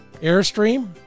Airstream